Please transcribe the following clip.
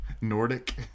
Nordic